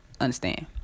understand